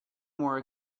more